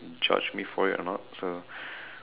judge me for it or not so